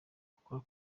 akora